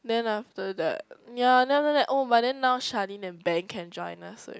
then after that ya then after that oh but then now then Shirlyn and Ben can drive us already